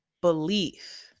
belief